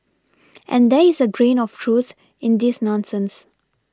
and there is a grain of truth in this nonsense